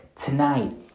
tonight